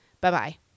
Bye-bye